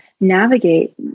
navigate